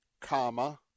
Comma